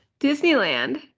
Disneyland